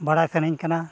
ᱵᱟᱲᱟᱭ ᱥᱟᱱᱟᱧ ᱠᱟᱱᱟ